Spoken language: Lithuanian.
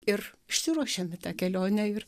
ir išsiruošėm į tą kelionę ir